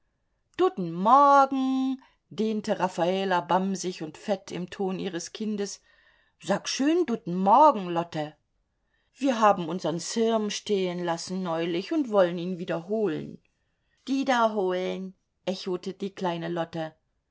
duden morgen dehnte raffala bamsig und fett im ton ihres kindes sag schön duden morgen lotte wir haben unsern sirm stehenlassen neulich und wollen ihn wieder holen dida holen echote die kleine lotte